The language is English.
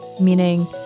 meaning